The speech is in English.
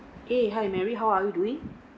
eh hi mary how are you doing